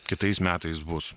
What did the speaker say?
kitais metais bus